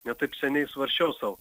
ne taip seniai svarsčiau sau